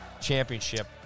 championship